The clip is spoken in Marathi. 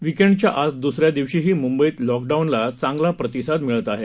विकेंडच्या आज दुसऱ्या दिवशीही मुंबईत लॉकडाऊनला चांगला प्रतिसाद मिळत आहे